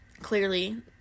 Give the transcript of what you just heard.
Clearly